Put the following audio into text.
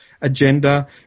agenda